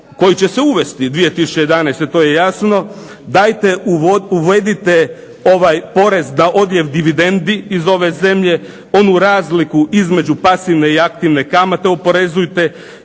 koji će se uvesti 2011. to je jasno dajte uvedite ovaj porez na odljev dividendi iz ove zemlje, onu razliku između pasivne i aktivne kamate oporezujte